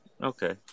Okay